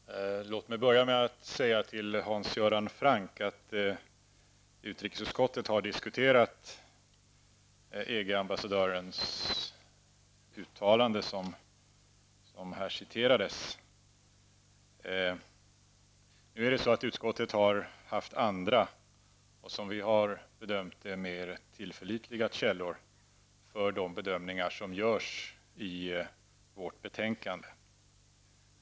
Fru talman! Låt mig börja med att säga till Hans Göran Franck att utrikesutskottet har diskuterat EG-ambassadörens uttalande som här citerades. Utskottet har haft andra och, som utskottet bedömer det, mer tillförlitliga källor för de bedömningar som görs i betänkandet.